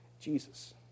Jesus